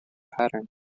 pattern